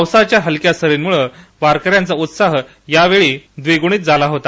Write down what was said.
पावसाच्या हलक्या सरीमुळे वारकऱ्यांचा उत्साह यावेळी द्विगुणित झाला होता